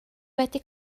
wedi